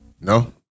no